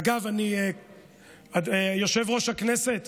אגב, יושב-ראש הכנסת,